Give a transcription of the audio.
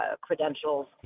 credentials